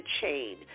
chain